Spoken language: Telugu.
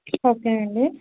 ఓకేనండి